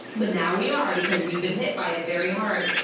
but now we are because we've been hit by it very hard.